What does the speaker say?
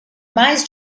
mais